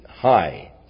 high